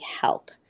help